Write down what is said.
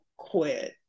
quit